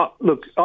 look